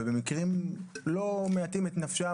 ובמקרים לא מעטים את נפשם,